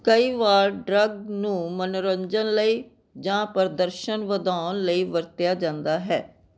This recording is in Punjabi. ਕਈ ਵਾਰ ਡਰੱਗ ਨੂੰ ਮਨੋਰੰਜਨ ਲਈ ਜਾਂ ਪ੍ਰਦਰਸ਼ਨ ਵਧਾਉਣ ਲਈ ਵਰਤਿਆ ਜਾਂਦਾ ਹੈ